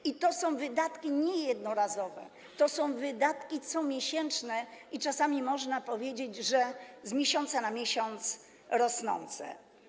I to są wydatki niejednorazowe, to są wydatki comiesięczne, a czasami, można powiedzieć, z miesiąca na miesiąc rosnące.